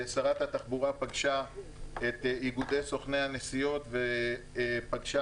שרת התחבורה פגשה את איגודי סוכני הנסיעות ופגשה